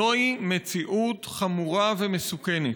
זוהי מציאות חמורה ומסוכנת.